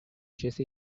jesse